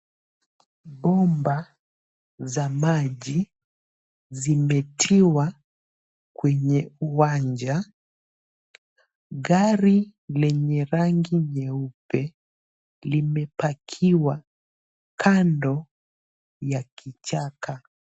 Bomba za maji zimetiwa kwenye uwanja. Gari lenye rangi nyeupe limepakiwa kando ya kichaka.